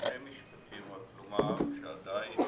בשני משפטים רק לומר, שעדיין